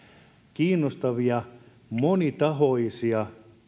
kiinnostavia monitahoisia